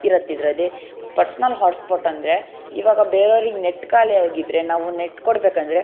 ಇರುತ್ತೆ ಇದರಲ್ಲಿ personal hotspot ಅಂದರೆ ಇವಾಗ ಬೇರೆವ್ರಿಗೆ ನೆಟ್ ಖಾಲಿಯಾಗಿದ್ರೆ ನಾವು ನೆಟ್ ಕೊಡಬೇಕಂದ್ರೆ